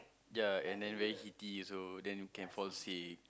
ya and then very heaty so then you can fall sick